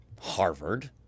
Harvard